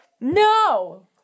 No